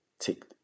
Take